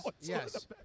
Yes